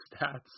stats